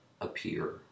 appear